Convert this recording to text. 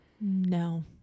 no